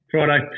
Friday